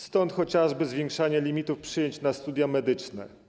Stąd chociażby zwiększanie limitów przyjęć na studia medyczne.